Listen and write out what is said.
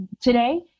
today